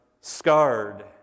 scarred